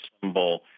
symbol